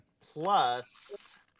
Plus